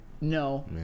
no